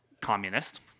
communist